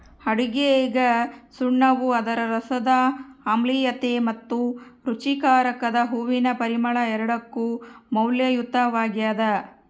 ಅಡುಗೆಗಸುಣ್ಣವು ಅದರ ರಸದ ಆಮ್ಲೀಯತೆ ಮತ್ತು ರುಚಿಕಾರಕದ ಹೂವಿನ ಪರಿಮಳ ಎರಡಕ್ಕೂ ಮೌಲ್ಯಯುತವಾಗ್ಯದ